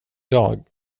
dag